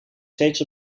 steeds